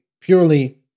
purely